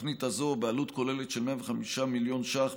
תוכנית חיזוק המלר"דים בעלות כוללת של 105 מיליוני ש"ח,